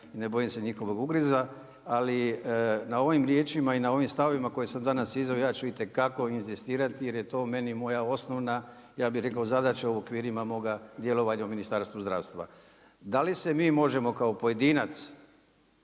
ne bojim se njihovog ugriza ali na ovim riječima i na ovim stavovima koje sam izveo, ja ću itekako inzistirati jer je to meni moja osnova, ja bi rekao, zadaća u okvirima moga djelovanja u Ministarstvu zdravstva. Da li se mi možemo kao pojedinac